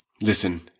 listen